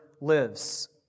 lives